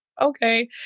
okay